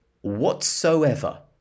Whatsoever